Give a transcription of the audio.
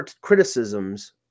criticisms